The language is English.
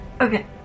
Okay